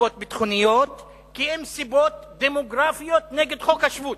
בסיבות ביטחוניות כי אם בסיבות דמוגרפיות נגד חוק השבות.